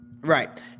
Right